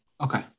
Okay